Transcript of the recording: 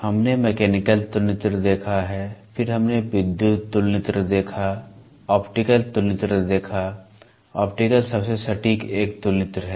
हमने मैकेनिकल तुलनित्र देखा है फिर हमने विद्युत तुलनित्र ऑप्टिकल तुलनित्र देखा ऑप्टिकल सबसे सटीक एक तुलनित्र है